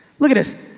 look at us.